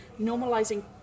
normalizing